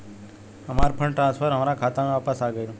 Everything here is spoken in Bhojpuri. हमार फंड ट्रांसफर हमार खाता में वापस आ गइल